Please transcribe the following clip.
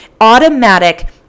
Automatic